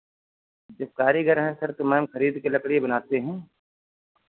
जब कारीगर हैं सर तो मैम खरीद के लकड़ी बनाते हैं